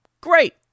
Great